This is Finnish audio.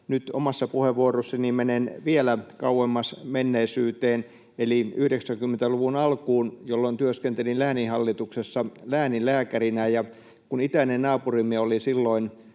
nyt omassa puheenvuorossani menen vielä kauemmas menneisyyteen eli 90-luvun alkuun, jolloin työskentelin lääninhallituksessa lääninlääkärinä. Kun itäinen naapurimme oli